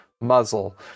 muzzle